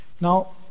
now